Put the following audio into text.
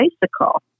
bicycle